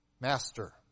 Master